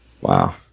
wow